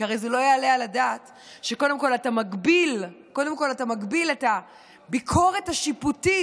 כי הרי לא יעלה על הדעת שקודם כול אתה מגביל את הביקורת השיפוטית